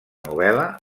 novel·la